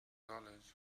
dollars